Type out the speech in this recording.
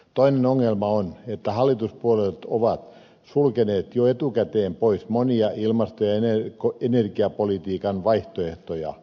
toinen ongelma on että hallituspuolueet ovat sulkeneet jo etukäteen pois monia ilmasto ja energiapolitiikan vaihtoehtoja